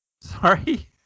Sorry